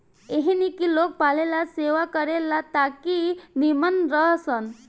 एहनी के लोग पालेला सेवा करे ला ताकि नीमन रह सन